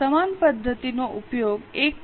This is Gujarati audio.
સમાન પદ્ધતિનો ઉપયોગ 1